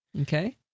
Okay